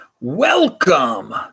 Welcome